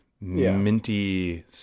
minty